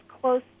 close